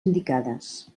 indicades